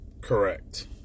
Correct